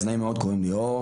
אז נעים מאוד שמי אור,